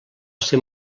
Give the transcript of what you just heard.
ser